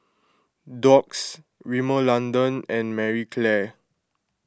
Doux Rimmel London and Marie Claire